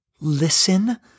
listen